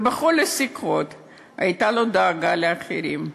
בכל השיחות הייתה לו דאגה לאחרים.